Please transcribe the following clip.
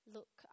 Look